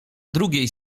drugiej